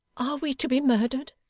are we to be murdered